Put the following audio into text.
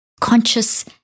conscious